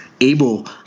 able